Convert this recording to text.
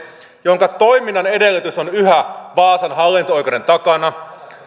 jonka toiminnan edellytys on yhä vaasan hallinto oikeuden takana